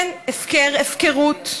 כן, הפקר, הפקרות.